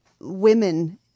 women